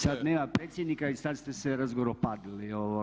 Sad nema predsjednika i sad ste se razgoropadili.